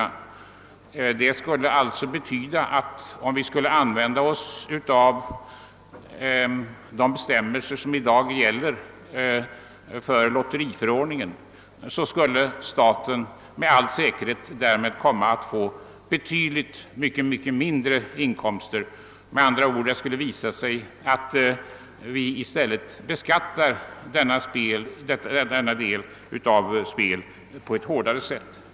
Om vi i stället skulle begagna oss av de bestämmelser som i dag finns i lotteriförordningen, skulle staten med all säkerhet få betydligt lägre inkomster. Det skulle med andra ord visa sig att vi redan beskattar denna del av spelverksamheten på ett hårdare sätt.